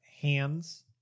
hands